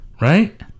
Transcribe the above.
Right